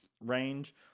range